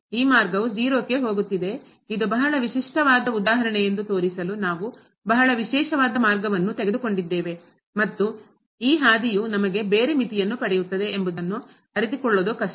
ಈ ಮಾರ್ಗವು 0 ಕ್ಕೆ ಹೋಗುತ್ತಿದೆ ಇದು ಬಹಳ ವಿಶಿಷ್ಟವಾದ ಉದಾಹರಣೆಯೆಂದು ತೋರಿಸಲು ನಾವು ಬಹಳ ವಿಶೇಷವಾದ ಮಾರ್ಗವನ್ನು ತೆಗೆದುಕೊಂಡಿದ್ದೇವೆ ಮತ್ತು ಈ ಹಾದಿಯು ನಮಗೆ ಬೇರೆ ಮಿತಿಯನ್ನು ಪಡೆಯುತ್ತದೆ ಎಂಬುದನ್ನು ಅರಿತುಕೊಳ್ಳುವುದು ಕಷ್ಟ